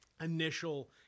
initial